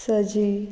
सजी